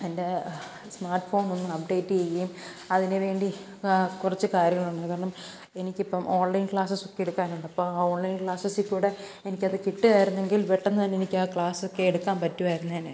എൻ്റെ സ്മാർട്ട് ഫോണൊന്ന് അപ്ഡേറ്റ് ചെയ്യുകയും അതിനു വേണ്ടി ആ കുറച്ച് കാര്യങ്ങളുണ്ട് കാരണം എനിക്കിപ്പം ഓൺലൈൻ ക്ലാസസ് എടുക്കാനുണ്ടപ്പോൾ ആ ഓൺലൈൻ ക്ലാസസ്സിൽ കൂടി എനിക്കത് കിട്ടുകയായിരുന്നെങ്കിൽ പെട്ടെന്നു തന്നെനിക്കാ ക്ലാസ്സൊക്കെ എടുക്കാൻ പറ്റുമായിരുന്നേനെ